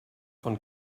von